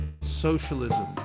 socialism